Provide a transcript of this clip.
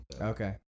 Okay